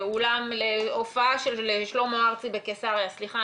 להופעה של שלמה ארצי בקיסריה סליחה,